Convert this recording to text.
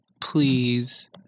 please